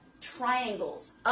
triangles